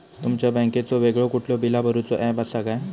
तुमच्या बँकेचो वेगळो कुठलो बिला भरूचो ऍप असा काय?